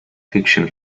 fiction